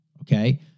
okay